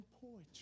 poetry